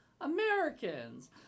Americans